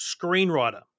screenwriter